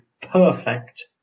perfect